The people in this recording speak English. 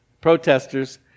protesters